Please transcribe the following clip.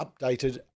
updated